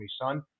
son